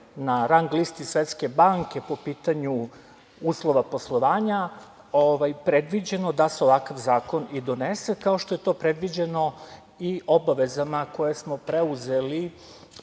na rang listi Svetske banke po pitanju uslova poslovanja predviđeno da se ovakav zakon i donese, kao što je to predviđeno i obavezama koje smo preuzeli